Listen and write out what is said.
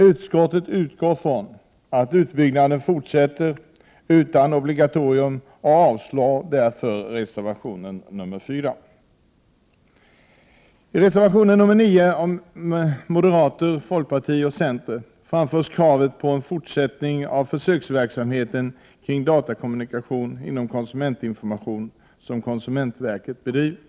Utskottet utgår från att utbyggnaden fortsätter utan obligatorium, och jag avstyrker därmed reservation 4. I reservation 9 från moderaterna, folkpartiet och centern framförs kravet på en fortsättning av den försöksverksamhet med datakommunikation inom konsumentinformationen som konsumentverket bedriver.